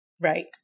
Right